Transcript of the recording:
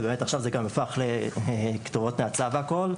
וזה הפך לכתובות נאצה והכל,